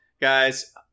guys